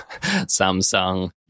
Samsung